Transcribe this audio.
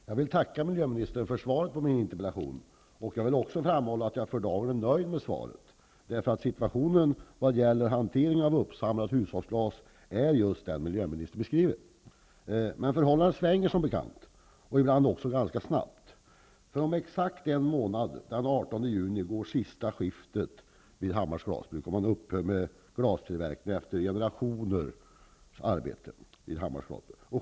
Herr talman! Jag vill tacka miljöministern för svaret på min interpellation. Jag vill också framhålla att jag för dagen är nöjd med svaret. Situationen vad gäller hantering av uppsamlat hushållsglas är just den miljöministern beskriver. Men förhållanden svänger som bekant, ibland ganska snabbt. Om exakt en månad, den 18 juni, går sista skiftet vid Hammars glasbruk. Glastillverkningen vid bruket upphör efter generationers arbete.